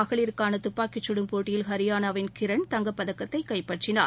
மகளிருக்கான துப்பாக்கிச் சுடும் போட்டியில் ஹரியானாவின் கிரண் ட்ராப் பிரிவில் தங்கப்பதக்கத்தை கைப்பற்றினார்